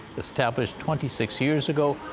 established twenty six years ago,